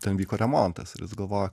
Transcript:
ten vyko remontas ir jis galvojo